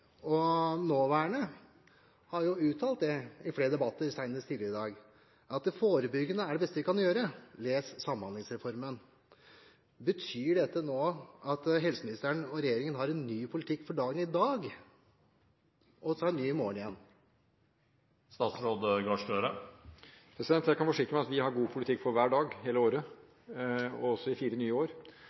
nåværende – har jo uttalt i flere debatter, senest tidligere i dag, at det forebyggende er det beste vi kan gjøre – les samhandlingsreformen. Betyr dette at helseministeren og regjeringen har en ny politikk for dagen i dag, og så en ny i morgen igjen? Jeg kan forsikre om at vi har god politikk for hver dag, hele året, og også i fire nye år,